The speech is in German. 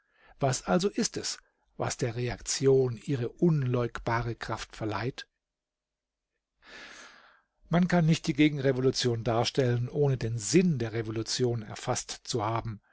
was also ist es was der reaktion ihre unleugbare kraft verleiht man kann nicht die gegenrevolution darstellen ohne den sinn der revolution erfaßt zu haben